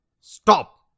Stop